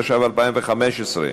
התשע"ו 2015,